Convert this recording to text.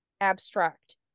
abstract